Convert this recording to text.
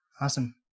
Awesome